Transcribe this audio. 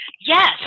Yes